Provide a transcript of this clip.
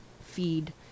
feed